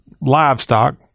livestock